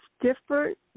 different